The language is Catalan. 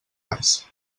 alls